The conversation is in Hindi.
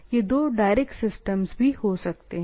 यह दो डायरेक्ट सिस्टम्स भी हो सकते हैं